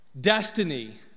destiny